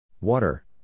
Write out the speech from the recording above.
water